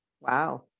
wow